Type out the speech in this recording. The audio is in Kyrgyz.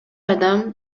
адам